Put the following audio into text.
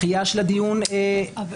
זו